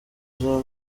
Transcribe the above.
izi